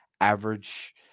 average